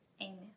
Amen